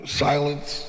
silence